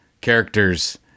character's